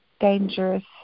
dangerous